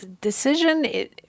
decision